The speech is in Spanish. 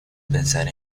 pensar